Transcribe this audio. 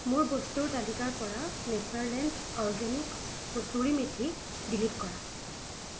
মোৰ বস্তুৰ তালিকাৰ পৰা নেচাৰলেণ্ড অৰগেনিক্ছ কছুৰী মেথি ডিলিট কৰা